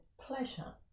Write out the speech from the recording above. pleasure